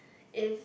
if